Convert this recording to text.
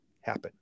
happen